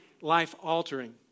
life-altering